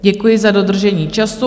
Děkuji za dodržení času.